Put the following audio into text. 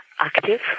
active